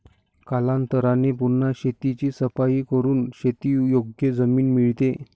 कालांतराने पुन्हा शेताची सफाई करून शेतीयोग्य जमीन मिळते